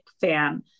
fan